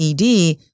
ed